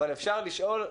אבל אפשר לשאול,